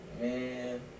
man